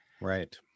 right